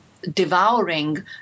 devouring